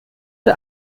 der